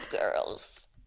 Girls